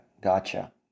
Gotcha